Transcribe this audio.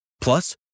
Plus